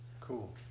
cool